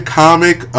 comic